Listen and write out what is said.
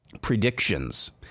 predictions